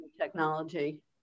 technology